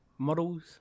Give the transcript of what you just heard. Models